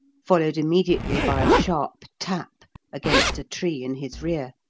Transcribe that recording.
followed immediately by a sharp tap against a tree in his rear.